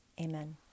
Amen